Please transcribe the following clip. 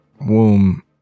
womb